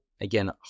again